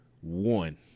one